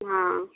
हाँ